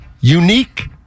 unique